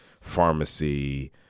pharmacy